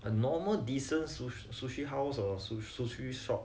a normal decent sushi sushi house so sushi shop